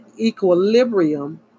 equilibrium